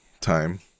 time